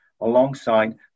alongside